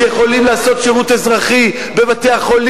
שיכולים לעשות שירות אזרחי בבתי-החולים,